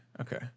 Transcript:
Okay